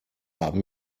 haben